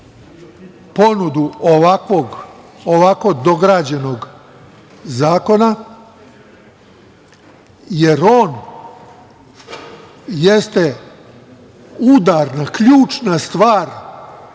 ponudu ovako dograđenog zakona, jer on jeste udarna, ključna stvar